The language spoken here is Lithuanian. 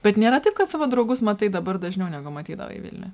bet nėra taip kad savo draugus matai dabar dažniau negu matydavai vilniuj